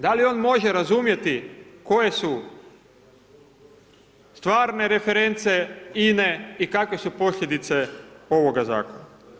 Da li on može razumjeti koje su stvarne reference INA-e i kakve su posljedice ovoga zakona.